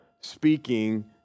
speaking